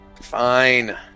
Fine